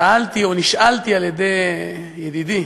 שאלתי או נשאלתי על-ידי ידידי